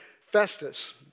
Festus